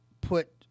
put